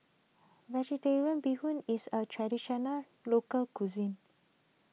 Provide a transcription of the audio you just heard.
Vegetarian Bee Hoon is a Traditional Local Cuisine